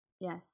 Yes